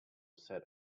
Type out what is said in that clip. set